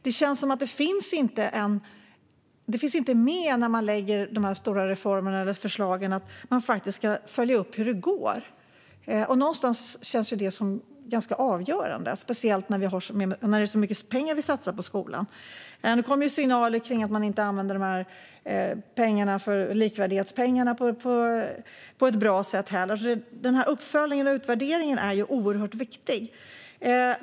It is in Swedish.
Det känns som att det inte finns med när man lägger fram de här stora reformerna eller förslagen att man faktiskt ska följa upp hur det går. Någonstans känns det ganska avgörande, särskilt när vi satsar så mycket pengar på skolan. Nu kommer det signaler om att inte heller likvärdighetspengarna används på ett bra sätt, så uppföljningen och utvärderingen är oerhört viktig.